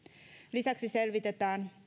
lisäksi selvitetään